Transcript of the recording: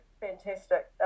fantastic